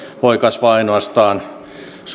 voi kasvaa ainoastaan